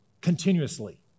continuously